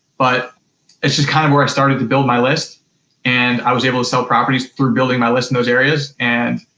but it's just kind of where i started to build my list and i was able to sell properties through building my list in those areas. and,